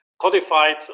codified